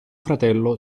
fratello